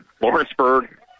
Lawrenceburg